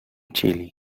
chile